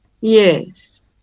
Yes